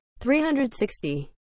360